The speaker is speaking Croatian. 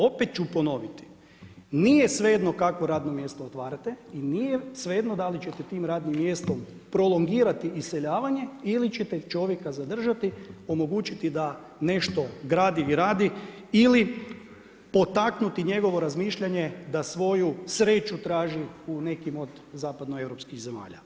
Opet ću ponoviti, nije svejedno, kakvo radno mjesto otvarate i nije svejedno dali ćete tim radnim mjestom prolongirati iseljavanje ili ćete čovjeka zadržati, omogućiti da nešto gradi i radi ili potaknuti njegovo razmišljanje da svoju sreću traži u nekim od zapadnoeuropskih zemalja.